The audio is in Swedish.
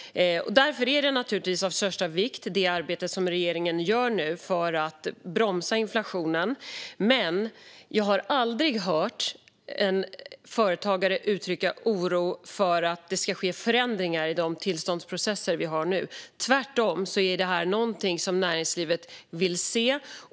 Därför är naturligtvis det arbete som regeringen nu gör för att bromsa inflationen av största vikt. Men jag har aldrig hört en företagare uttrycka oro för att det ska ske förändringar i de tillståndsprocesser som vi har nu. Tvärtom är detta någonting som näringslivet vill se.